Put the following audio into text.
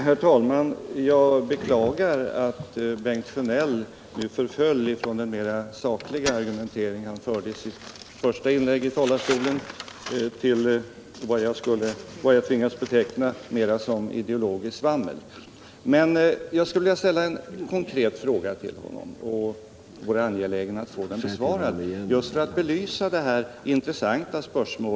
Herr talman! Jag beklagar att Bengt Sjönell nu förföll från den mer Lördagen den sakliga argumentering som han förde i sitt första inlägg i talarstolen 17 december 1977 till vad jag tvingas beteckna såsom ideologiskt svammel. Just för att belysa det intressanta spörsmål som han tog upp i sitt första anförande De mindre och skulle jag vilja ställa en konkret fråga till honom.